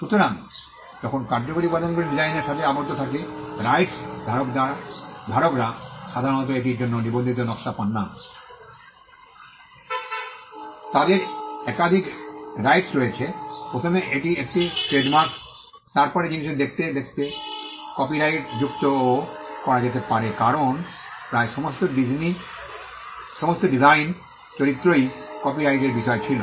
সুতরাং যখন কার্যকরী উপাদানগুলি ডিজাইনের সাথে আবদ্ধ থাকে রাইটস ধারকরা সাধারণত এটির জন্য নিবন্ধিত নকশা পান না Student Refer time 0420 তাদের একাধিক রাইটস রয়েছে প্রথমে এটি একটি ট্রেডমার্ক তারপরে জিনিসটি দেখতে দেখতে কপিরাইটযুক্তও করা যেতে পারে কারণ প্রায় সমস্ত ডিজনি চরিত্রই কপিরাইটের বিষয় ছিল